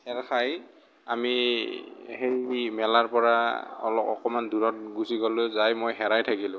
এৰ খাই আমি সেই মেলাৰ পৰা অল অকমান দূৰত গুচি গলোঁ যায় মই হেৰাই থাকিলোঁ